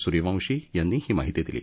स्र्यवंशी यांनी ही माहिती दिली